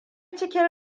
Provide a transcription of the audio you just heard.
cikin